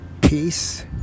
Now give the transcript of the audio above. peace